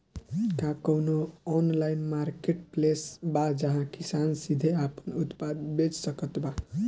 का कउनों online marketplace बा जहां किसान सीधे आपन उत्पाद बेच सकत बा?